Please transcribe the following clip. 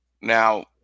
Now –